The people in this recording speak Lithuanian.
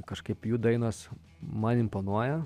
kažkaip jų dainos man imponuoja